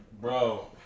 bro